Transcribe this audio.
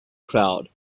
crowd